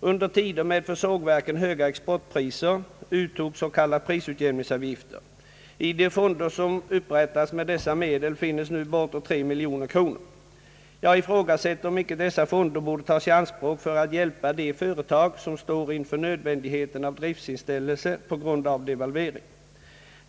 Under tider med för sågverken höga exportpriser uttogs s.k. prisutjämningsavgifter. I de fonder som upprättades med dessa medel finns nu bortåt 3 miljoner kronor. Jag ifrågasätter om inte dessa fonder borde tas i anspråk för att hjälpa de företag som står inför nödvändigheten av driftsinställelse på grund av devalveringen.